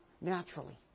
naturally